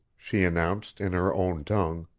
she announced in her own tongue.